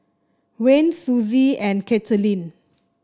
Wayne Suzy and Kathaleen